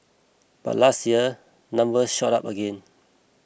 but last year numbers shot up again